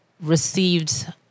received